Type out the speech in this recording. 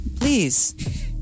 please